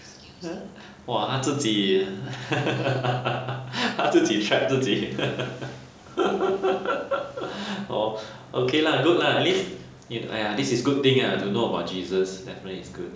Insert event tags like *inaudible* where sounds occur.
!huh! !wah! 他自己 *laughs* 他自己 trap 自己 *laughs* hor okay lah good lah at least !aiya! this is good thing ah to know about jesus definitely is good